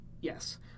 yes